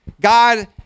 God